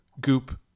Goop